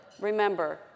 Remember